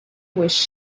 was